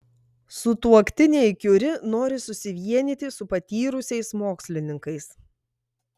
sutuoktiniai kiuri nori susivienyti su patyrusiais mokslininkais